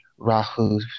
Rahu